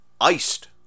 Iced